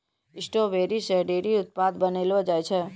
strawberry से ढेरी उत्पाद बनैलो जाय छै